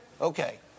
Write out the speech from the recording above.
Okay